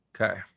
Okay